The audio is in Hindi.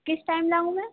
किस टाइम लाऊँ मैं